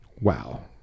wow